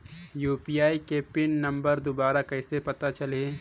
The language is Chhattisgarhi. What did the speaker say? यू.पी.आई के पिन नम्बर दुबारा कइसे पता चलही?